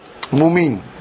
mumin